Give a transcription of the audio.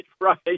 right